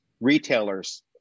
retailers